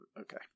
Okay